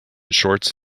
shorts